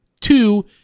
Two